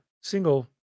single